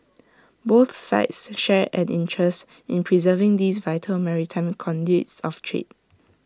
both sides share an interest in preserving these vital maritime conduits of trade